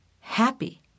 happy